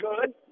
good